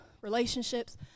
relationships